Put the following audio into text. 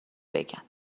بگم